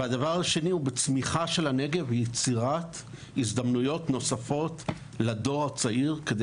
והדבר השני הוא בצמיחה של הנגב ויצירת הזדמנויות נוספות לדור הצעיר כדי